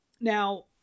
Now